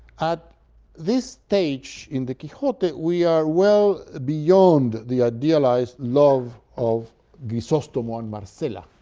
at this stage in the quixote we are well beyond the idealized love of grisostomo and marcela